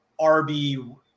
RB